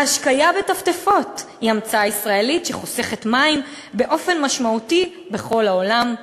ההשקיה בטפטפות היא המצאה ישראלית שחוסכת מים באופן משמעותי בכל העולם.